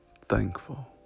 thankful